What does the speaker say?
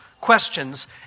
questions